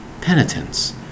Penitence